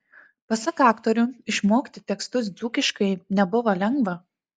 pasak aktorių išmokti tekstus dzūkiškai nebuvo lengva